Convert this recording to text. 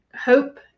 hope